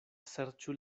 serĉu